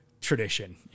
Tradition